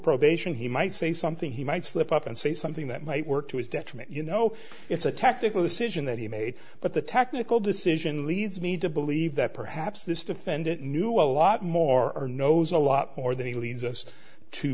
probation he might say something he might slip up and say something that might work to his detriment you know it's a tactical decision that he made but the technical decision leads me to believe that perhaps this defendant knew a lot more or knows a lot more than he leads us to